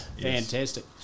Fantastic